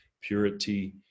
purity